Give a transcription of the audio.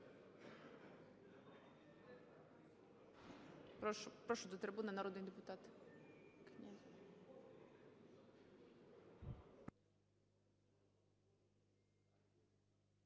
Прошу до трибуни, народний депутат.